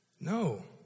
No